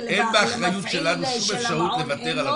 ולמפעיל ולמעון אין?